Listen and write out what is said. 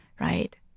right